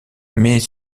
mais